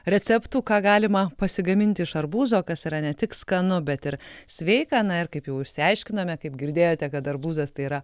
receptų ką galima pasigaminti iš arbūzo kas yra ne tik skanu bet ir sveika na ir kaip jau išsiaiškinome kaip girdėjote kad arbūzas tai yra